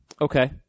Okay